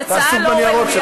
הצעת החוק הזאת יצאה לא ראויה,